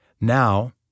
Now